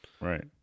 Right